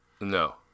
no